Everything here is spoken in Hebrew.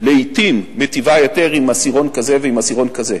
לעתים מיטיבה יותר עם עשירון כזה ועם עשירון כזה,